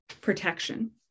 protection